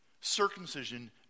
circumcision